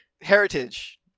Heritage